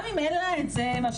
גם אם אין לה מה שנקרא,